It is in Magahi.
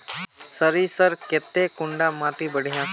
सरीसर केते कुंडा माटी बढ़िया?